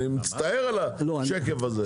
אני מצטער על השקף הזה.